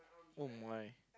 oh my